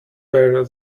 better